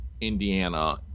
Indiana